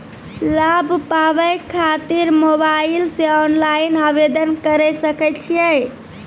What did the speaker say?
लाभ पाबय खातिर मोबाइल से ऑनलाइन आवेदन करें सकय छियै?